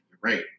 great